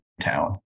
town